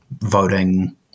voting